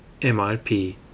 MRP